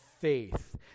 faith